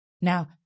Now